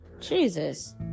Jesus